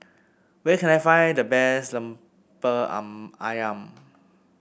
where can I find the best Lemper ayam